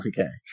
Okay